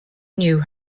knew